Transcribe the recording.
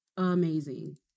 amazing